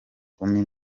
kumi